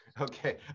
Okay